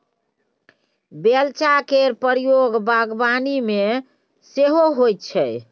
बेलचा केर प्रयोग बागबानी मे सेहो होइ छै